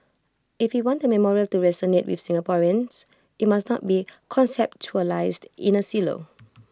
if we want the memorial to resonate with Singaporeans IT must not be conceptualised in A silo